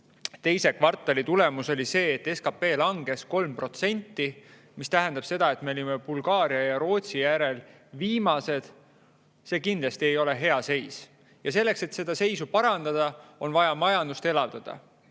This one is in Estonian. teise kvartali tulemus oli see, et SKT langes 3%, mis tähendab seda, et me olime Bulgaaria ja Rootsi järel viimased –, siis see kindlasti ei ole hea seis. Selleks, et seda seisu parandada, on vaja majandust elavdada,